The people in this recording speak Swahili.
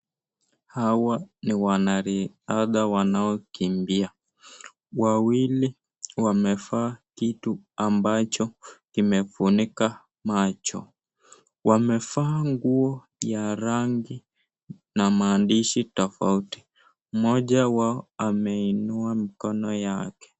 Hawa ni wanariadha wanaokimbia. Wawili wamevaa kitu ambacho kimefunika macho. Wamevaa nguo ya rangi na maandishi tofauti. Moja wao ameinua mkono yake.